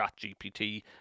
ChatGPT